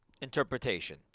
interpretation